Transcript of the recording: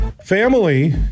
family